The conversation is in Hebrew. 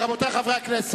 אפשר להניח וזה לא מפריע.